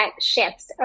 shifts